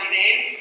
days